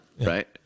right